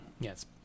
Yes